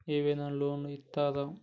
ఏమైనా లోన్లు ఇత్తరా?